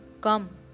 come